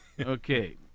okay